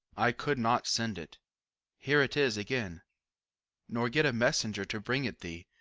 i could not send it here it is again nor get a messenger to bring it thee,